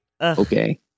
Okay